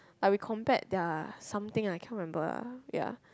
are we compared ya something I cannot remember ah ya